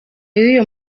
y’uyu